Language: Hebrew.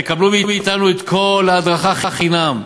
תקבלו מאתנו את כל ההדרכה חינם.